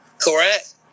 Correct